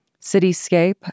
cityscape